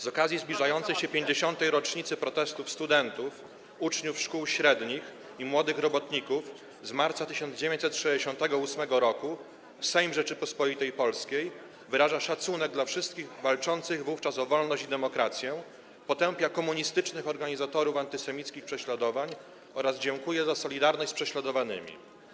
Z okazji zbliżającej się 50. rocznicy protestów studentów, uczniów szkół średnich i młodych robotników z marca 1968 roku Sejm Rzeczypospolitej Polskiej wyraża szacunek dla wszystkich walczących wówczas o wolność i demokrację, potępia komunistycznych organizatorów antysemickich prześladowań oraz dziękuje za solidarność z prześladowanymi.